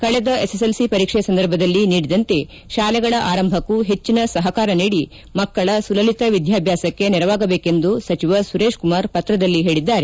ಕಳೆದ ಎಸ್ಎಸ್ಎಲ್ಸಿ ಪರೀಕ್ಷೆ ಸಂದರ್ಭದಲ್ಲಿ ನೀಡಿದಂತೆ ಶಾಲೆಗಳ ಆರಂಭಕ್ಕೂ ಹೆಚ್ಚಿನ ಸಪಕಾರ ನೀಡಿ ಮಕ್ಕಳ ಸುಲಲಿತ ವಿದ್ಯಾಭ್ಯಾಸಕ್ಕೆ ನೆರವಾಗಬೇಕೆಂದು ಸಚಿವ ಸುರೇಶ್ ಕುಮಾರ್ ಪತ್ರದಲ್ಲಿ ಹೇಳಿದ್ದಾರೆ